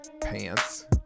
Pants